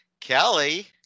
Kelly